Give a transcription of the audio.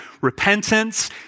repentance